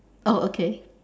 oh okay